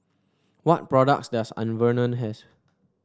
what products does Enervon has